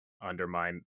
undermine